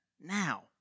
now